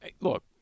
Look